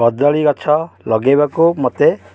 କଦଳୀ ଗଛ ଲଗାଇବାକୁ ମୋତେ